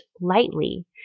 lightly